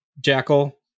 Jackal